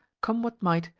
come what might,